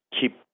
keep